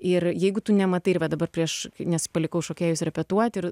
ir jeigu tu nematai ir va dabar prieš nes palikau šokėjus repetuot ir